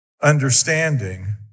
understanding